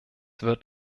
wird